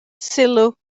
sylw